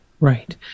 Right